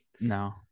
no